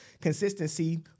Consistency